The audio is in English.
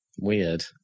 Weird